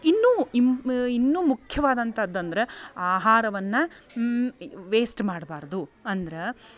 ಇನ್ನೂ ಇಮ್ಮ್ ಇನ್ನೂ ಮುಖ್ಯವಾದಂಥ ಅಂದರೆ ಆಹಾರವನ್ನು ವೇಸ್ಟ್ ಮಾಡ್ಬಾರದು ಅಂದ್ರೆ